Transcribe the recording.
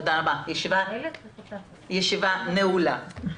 הישיבה נעולה.